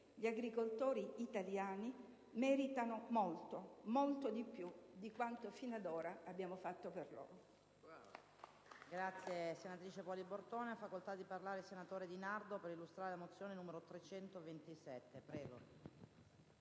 Gli agricoltori italiani meritano molto, molto di più di quanto fino ad ora abbiamo fatto per loro.